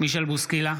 מישל בוסקילה,